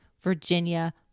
Virginia